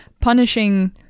punishing